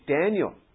Daniel